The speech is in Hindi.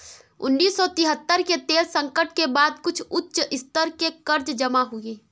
उन्नीस सौ तिहत्तर के तेल संकट के बाद कुछ उच्च स्तर के कर्ज जमा हुए